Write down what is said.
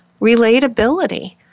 relatability